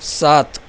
सात